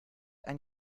ein